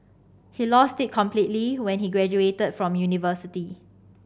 he lost it completely when he graduated from university